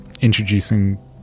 introducing